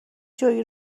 جویی